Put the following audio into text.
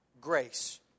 grace